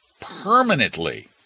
permanently